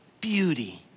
beauty